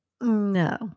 No